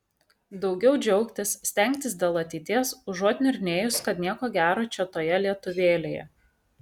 daugiau džiaugtis stengtis dėl ateities užuot niurnėjus kad nieko gero čia toje lietuvėlėje